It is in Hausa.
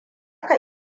ka